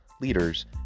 leaders